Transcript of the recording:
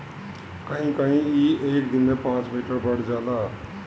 कहीं कहीं ई एक दिन में पाँच मीटर बढ़ जाला